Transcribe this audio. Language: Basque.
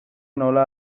nola